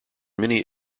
many